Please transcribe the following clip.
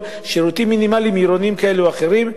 שירותים עירוניים מינימליים כאלה או אחרים,